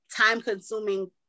time-consuming